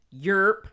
Yerp